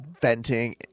venting